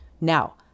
Now